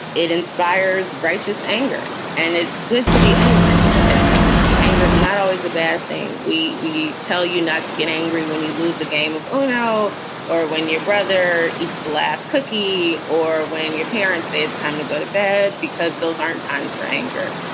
it inspires righteous anger and it's good to be angry at times. anger is not always a bad thing. we we tell you not to get angry when you lose a game of ah no or when your brother eats last cookie, or when your parents say it's time to go to bed because those aren't times for anger.